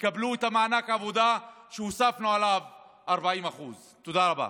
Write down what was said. יקבלו את מענק העבודה שהוספנו עליו 40%. תודה רבה.